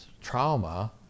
trauma